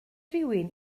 rywun